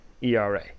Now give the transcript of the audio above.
ERA